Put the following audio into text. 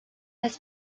has